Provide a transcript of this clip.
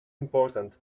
important